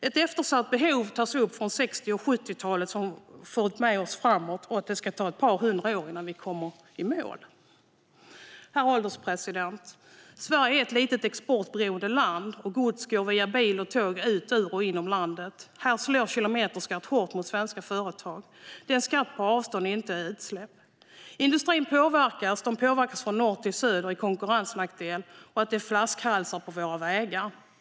Ett eftersatt behov sedan 60 och 70-talet har följt med oss framåt, och det verkar som att det ska ta ett par hundra år innan vi kommer i mål. Herr ålderspresident! Sverige är ett litet, exportberoende land, och gods går via bil och tåg ut ur och inom landet. Kilometerskatten slår hårt mot svenska företag. Det är en skatt på avstånd och inte på utsläpp. Industrin påverkas, och den påverkas från norr till söder i konkurrensnackdel och genom att det är flaskhalsar på våra vägar.